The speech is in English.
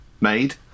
made